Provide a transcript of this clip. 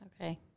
Okay